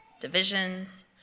divisions